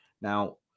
Now